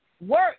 work